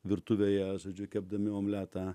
virtuvėje žodžiu kepdami omletą